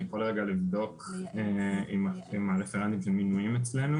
אני יכול לבדוק עם הרפרנטים של המינויים אצלנו